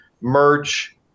merch